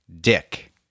Dick